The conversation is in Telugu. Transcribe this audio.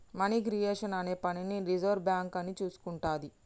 మనీ క్రియేషన్ అనే పనిని రిజర్వు బ్యేంకు అని చూసుకుంటాది